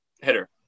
hitter